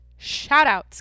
shoutouts